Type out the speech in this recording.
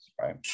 right